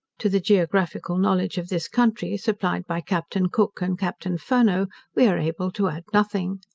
to the geographical knowledge of this country, supplied by captain cook, and captain furneaux, we are able to add nothing.